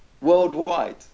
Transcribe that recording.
worldwide